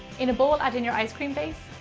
in a bowl, add in your ice cream base.